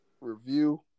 review